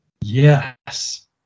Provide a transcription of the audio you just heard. Yes